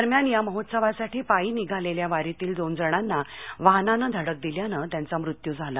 दरम्यान या महोत्सवासाठी पायी निघालेल्या वारीतील दोन जणांना वाहनानं धडक दिल्यानं त्यांचा मृत्यू झाला